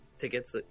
tickets